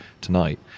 tonight